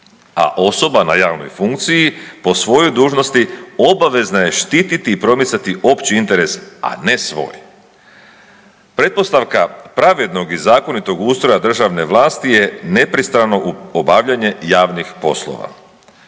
A osoba na javnoj funkciji, po svojoj dužnosti, obavezna je štiti i promicati opći interes, a ne svoj. Pretpostavka pravednog i zakonitog ustroja državne vlasti je nepristrano obavljanje javnih poslova.